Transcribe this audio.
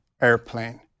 airplane